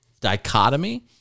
dichotomy